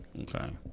Okay